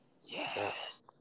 Yes